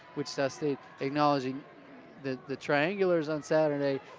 wichita state acknowledging that the triangular is on saturday,